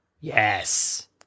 Yes